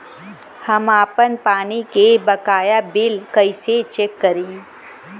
हम आपन पानी के बकाया बिल कईसे चेक करी?